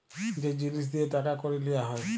যে জিলিস দিঁয়ে টাকা কড়ি লিয়া হ্যয়